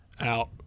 out